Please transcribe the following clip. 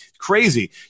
Crazy